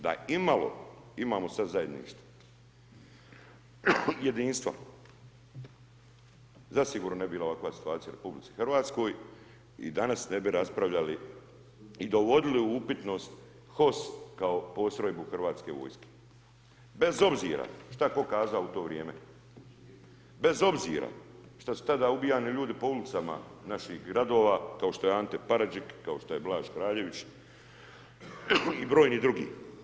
Da imalo imamo sad zajedništva, jedinstva, zasigurno ne bi bila ovakva situacija u RH i danas ne bi raspravljali i dovodili u upitnost HOS kao postrojbu Hrvatske vojske, bez obzira šta tko kazao u to vrijeme, bez obzira šta su tada ubijani ljudi po ulicama naših gradova kao što je Ante Paradžik, kao što je Blaž Kraljević i brojni drugi.